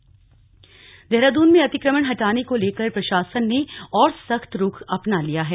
अतिक्रमण देहरादून में अतिक्रमण हटाने को लेकर प्रशासन ने और सख्त रुख अपना लिया है